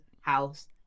house